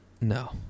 No